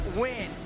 win